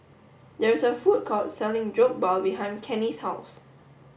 there is a food court selling Jokbal behind Kenney's house